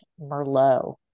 Merlot